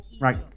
Right